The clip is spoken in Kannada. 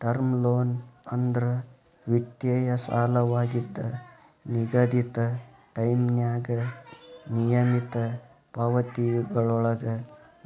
ಟರ್ಮ್ ಲೋನ್ ಅಂದ್ರ ವಿತ್ತೇಯ ಸಾಲವಾಗಿದ್ದ ನಿಗದಿತ ಟೈಂನ್ಯಾಗ ನಿಯಮಿತ ಪಾವತಿಗಳೊಳಗ